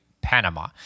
Panama